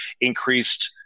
increased